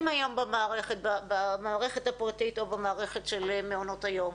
היום במערכת הפרטית או במערכת של מעונות היום,